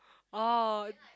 oh